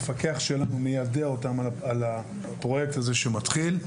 המפקח שלנו מיידע אותם על הפרויקט הזה שמתחיל,